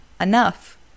enough